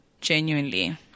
Genuinely